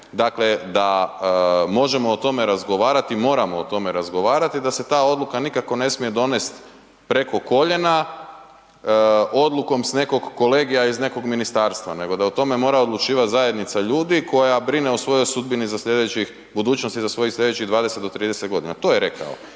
Dakle, da možemo o tome razgovarati i moramo o tome razgovarati i da se ta odluka nikako ne smije donesti preko koljena, odlukom s nekog kolegija iz nekog ministarstva, nego da o tome mora odlučivati zajednica ljudi koja brine o svojoj sudbini za slijedećih, budućnosti za svojih slijedećih 20 do 30 godina. To je rekao.